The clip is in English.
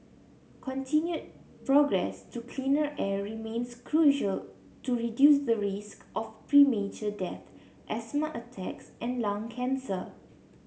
continued progress to cleaner air remains crucial to reduce the risk of premature death asthma attacks and lung cancer